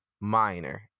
minor